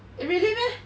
eh really meh